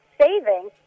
saving